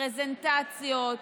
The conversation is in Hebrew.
פרזנטציות,